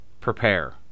prepare